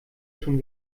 schon